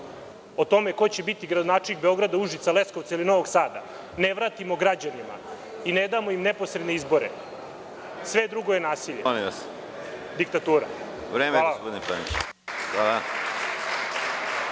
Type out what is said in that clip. o tome ko će biti gradonačelnik Beograda, Užica, Leskovca ili Novog Sada ne vratimo građanima i ne damo im neposredne izbore, sve drugo je nasilje, diktatura. **Konstantin